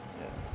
ya